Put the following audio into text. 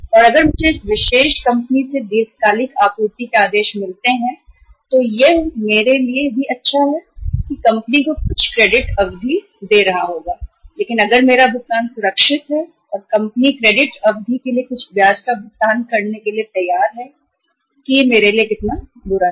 अगर मुझे कंपनी से दीर्घकालीन आपूर्ति के अवसर मिलते रहेंगे तो यह मेरे लिए भी अच्छा है और मैं कंपनी को कुछ क्रेडिट अवधि दूंगा लेकिन अगर मेरा भुगतान सुरक्षित है और कंपनी क्रेडिट अवधि के लिए कुछ ब्याज देने को तैयार है तो यह मेरे लिए कितना खराब है